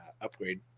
upgrade